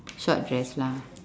short dress lah